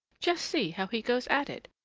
just see how he goes at it!